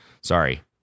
Sorry